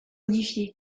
modifiée